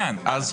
בהמשך.